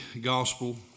gospel